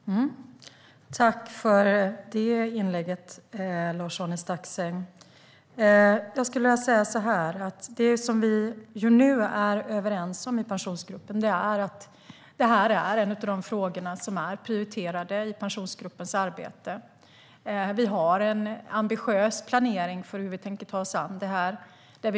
Fru talman! Tack för det inlägget, Lars-Arne Staxäng! Det som vi nu är överens om i Pensionsgruppen är att det är en av de prioriterade frågorna i Pensionsgruppens arbete. Vi har en ambitiös planering för hur vi tänker ta oss an frågan.